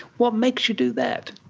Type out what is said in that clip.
what makes you do that?